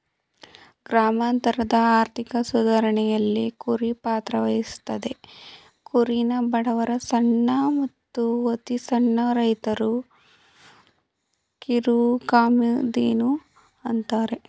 ಗ್ರಾಮಾಂತರದ ಆರ್ಥಿಕ ಸುಧಾರಣೆಲಿ ಕುರಿ ಪಾತ್ರವಹಿಸ್ತದೆ ಕುರಿನ ಬಡವರ ಸಣ್ಣ ಮತ್ತು ಅತಿಸಣ್ಣ ರೈತರ ಕಿರುಕಾಮಧೇನು ಅಂತಾರೆ